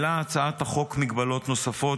בהצבעה לקריאה הראשונה כללה הצעת החוק מגבלות נוספות,